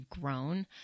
grown